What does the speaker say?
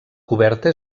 coberta